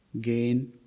gain